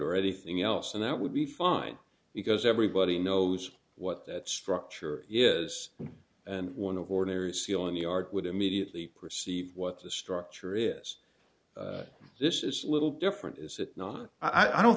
or anything else and that would be fine because everybody knows what that structure is and one of ordinary ceiling the art would immediately perceive what the structure is this is a little different is it not i don't